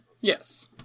yes